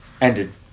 Ended